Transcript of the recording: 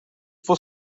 for